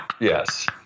Yes